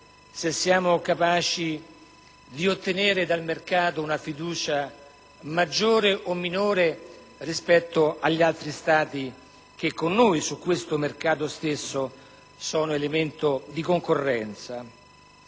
se siamo capaci di ottenere dal mercato una fiducia maggiore o minore rispetto agli altri Stati che con noi su questo stesso mercato sono elemento di concorrenza.